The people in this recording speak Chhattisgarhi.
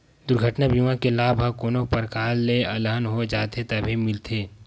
दुरघटना बीमा के लाभ ह कोनो परकार ले अलहन हो जाथे तभे मिलथे